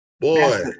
boy